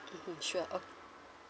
mmhmm sure o~